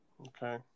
Okay